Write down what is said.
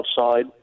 outside